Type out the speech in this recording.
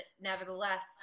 nevertheless